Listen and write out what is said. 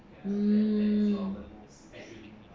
mm